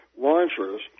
launchers